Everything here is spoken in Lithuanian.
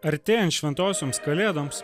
artėjant šventosioms kalėdoms